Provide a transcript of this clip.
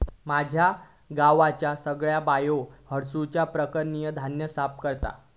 माझ्या गावचे सगळे बायो हासडुच्या प्रक्रियेन धान्य साफ करतत